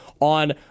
on